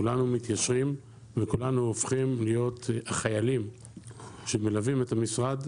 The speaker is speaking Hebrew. כולנו מתיישרים וכולנו הופכים להיות חקלאים שמלווים את המשרד,